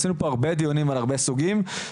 עשינו פה הרבה דיונים על הרבה סוגים של התמכרויות,